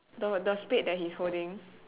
the the spade that he's holding